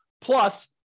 plus